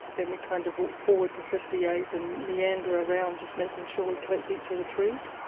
then we kind of walk forward to fifty eight and meander around just making sure we collect each of the trees.